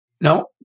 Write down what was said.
No